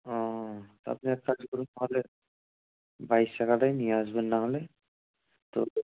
ও তা আপনি এক কাজ করুন তাহলে বাইশ চাকাটাই নিয়ে আসবেন নাহলে তো